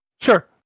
Sure